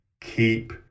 keep